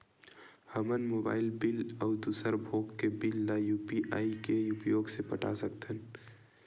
हमन mobile bill अउ दूसर भोग के बिल ला यू.पी.आई के उपयोग से पटा सकथन